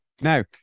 Now